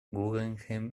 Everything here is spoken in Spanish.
guggenheim